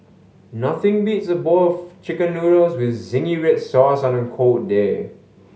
nothing beats a bowl of Chicken Noodles with zingy red sauce on a cold day